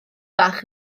bach